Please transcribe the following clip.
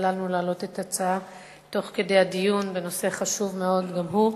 על שאפשרת לנו להעלות את ההצעה תוך כדי הדיון בנושא חשוב מאוד גם הוא,